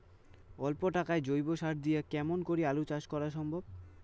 অল্প টাকার জৈব সার দিয়া কেমন করি আলু চাষ সম্ভব?